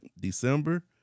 December